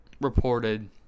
reported